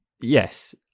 yes